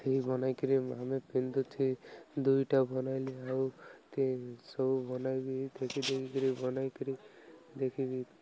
ସେ ବନାଇକିରି ଆମେ ପିନ୍ଧୁଛି ଦୁଇଟା ବନାଇଲି ଆଉ ସବୁ ବନାଇବି ଦେଖି ଧରେ ବନେଇକିରି ଦେଖିବି